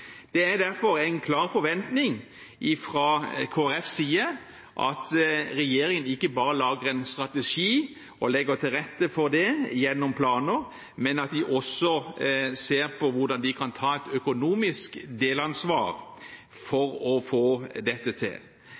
Det er derfor en klar forventning fra Kristelig Folkepartis side at regjeringen ikke bare lager en strategi og legger til rette for dette gjennom planer, men at de også ser på hvordan de kan ta et økonomisk delansvar for å få dette til.